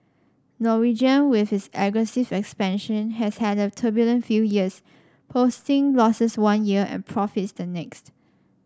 Norwegian with its aggressive expansion has had a turbulent few years posting losses one year and profits the next